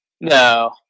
No